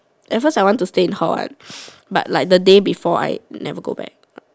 at first I want to stay in hall one but like the day before I never go back